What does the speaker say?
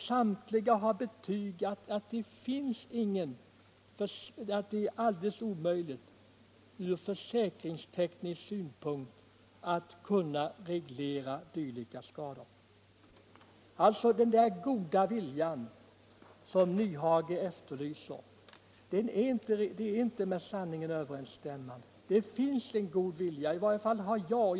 Samtliga har betygat att det är alldeles omöjligt ur försäkringsteknisk synpunkt att reglera dylika skador. Vad herr Nyhage säger när han hävdar att den goda viljan saknas är inte alldeles riktigt. Det finns en god vilja — i varje fall har jag funnit en sådan.